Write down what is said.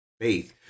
faith